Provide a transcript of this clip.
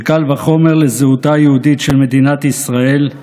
וקל וחומר לזהותה היהודית של מדינת ישראל,